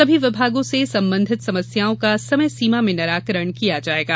सभी विभागों से संबंधित समस्याओं का समय सीमा में निराकरण किया जायेगा